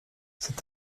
cet